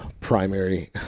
primary